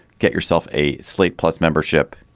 get yourself a slate plus membership.